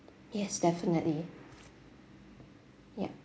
yes definitely yup